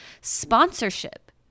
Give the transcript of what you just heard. sponsorship